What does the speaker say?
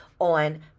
on